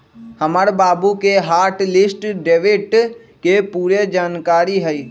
हमर बाबु के हॉट लिस्ट डेबिट के पूरे जनकारी हइ